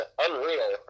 unreal